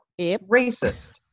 Racist